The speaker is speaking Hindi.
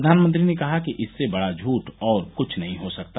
प्रधानमंत्री ने कहा कि इससे बडा झूठ और क्छ नहीं हो सकता